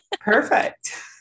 Perfect